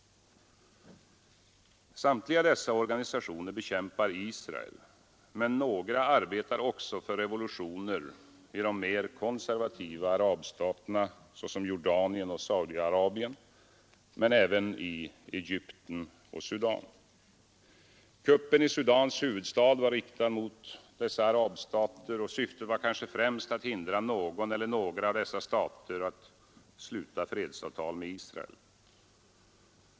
Samtliga dessa organisationer bekämpar Israel, men några arbetar också för revolutioner i de mera konservativa arabstaterna, såsom Jordanien och Saudiarabien men även i Egypten och Sudan. Kuppen i Sudans huvudstad var riktad mot dessa arabstater och syftet var kanske främst att hindra någon eller några av dessa stater att sluta fredsavtal med Israel.